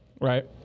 Right